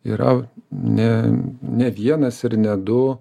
yra ne ne vienas ir ne du